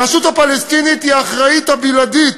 הרשות הפלסטינית היא האחראית הבלעדית